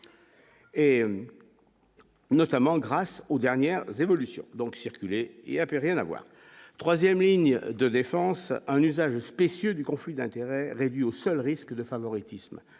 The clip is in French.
notamment grâce aux dernières évolutions donc circuler et après rien à voir 3ème ligne de défense un usage spécieux du conflit d'intérêt réduit au seul risque de favoritisme